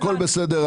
הכול בסדר.